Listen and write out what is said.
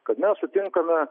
kad mes sutinkame